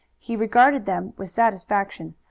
he regarded them with satisfaction,